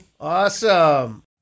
Awesome